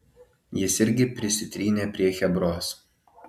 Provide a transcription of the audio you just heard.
jis irgi prisitrynė prie chebros